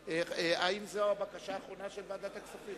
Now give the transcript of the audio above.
האם זאת הבקשה האחרונה של ועדת הכספים?